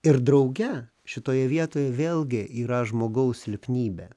ir drauge šitoje vietoje vėlgi yra žmogaus silpnybė